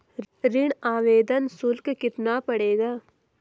ऋण आवेदन शुल्क कितना पड़ेगा?